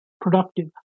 productive